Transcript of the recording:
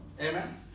Amen